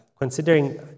considering